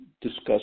discuss